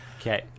Okay